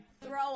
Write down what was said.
throw